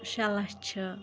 شےٚ لَچھ چھِ